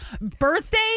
birthday